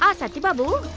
ah satti babu.